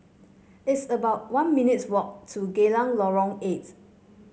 it's about one minutes' walk to Geylang Lorong Eight